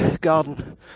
garden